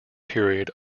period